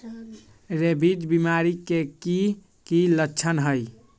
rabies बीमारी के कि कि लच्छन हई